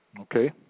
Okay